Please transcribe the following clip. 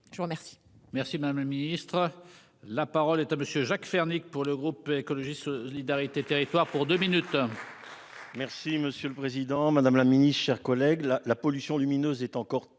Je vous remercie.